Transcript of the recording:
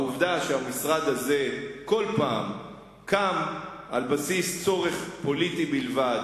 העובדה שהמשרד הזה בכל פעם קם על בסיס צורך פוליטי בלבד,